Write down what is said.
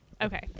Okay